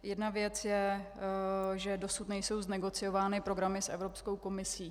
Jedna věc je, že dosud nejsou znegociovány programy s Evropskou komisí.